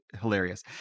Hilarious